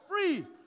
free